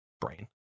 brain